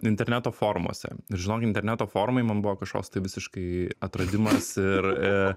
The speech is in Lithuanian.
interneto forumuose ir žinok interneto forumai man buvo kažkoks tai visiškai atradimas ir